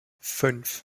fünf